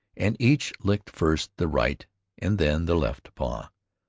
and each licked first the right and then the left paw,